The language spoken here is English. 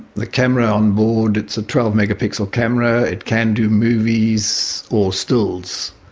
the camera on board, it's a twelve megapixel camera it can do movies or stills.